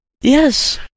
Yes